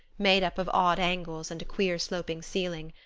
made up of odd angles and a queer, sloping ceiling.